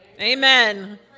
Amen